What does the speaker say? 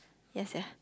ya sia